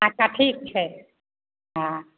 अच्छा ठीक छै हँ